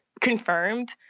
confirmed